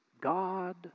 God